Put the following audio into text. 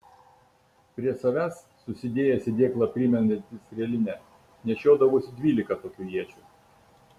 prie savęs susidėjęs į dėklą primenantį strėlinę nešiodavosi dvylika tokių iečių